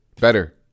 better